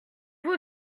vous